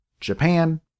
Japan